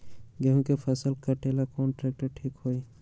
गेहूं के फसल कटेला कौन ट्रैक्टर ठीक होई?